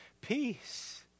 peace